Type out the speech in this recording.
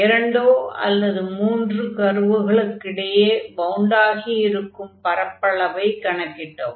இரண்டோ அல்லது மூன்றோ கர்வுகளுக்கு இடையே பவுண்ட் ஆகியிருக்கும் பரப்பளவை கணக்கிட்டோம்